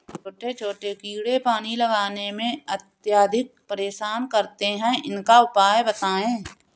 छोटे छोटे कीड़े पानी लगाने में अत्याधिक परेशान करते हैं इनका उपाय बताएं?